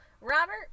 Robert